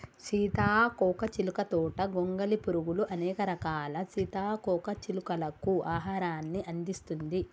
సీతాకోక చిలుక తోట గొంగలి పురుగులు, అనేక రకాల సీతాకోక చిలుకలకు ఆహారాన్ని అందిస్తుంది